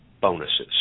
bonuses